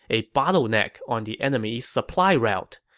a bottleneck on the enemy's supply route.